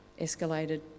escalated